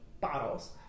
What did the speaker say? bottles